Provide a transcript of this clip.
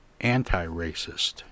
anti-racist